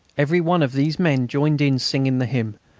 every one of these men joined in singing the hymn,